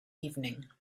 evening